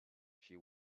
she